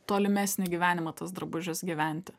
tolimesnį gyvenimą tas drabužis gyventi